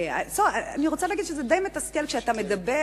אני רוצה להגיד שזה די מתסכל שאתה מדבר